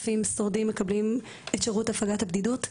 5000 שורדים מקבלים את שירות הפגת הבדידות: